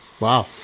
Wow